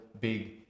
big